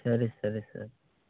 సరే సరే సార్